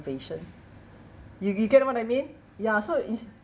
you you get what I mean ya so it's